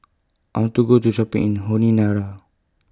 I want to Go to Shopping in Honiara